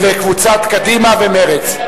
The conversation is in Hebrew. קבוצת קדימה ומרצ.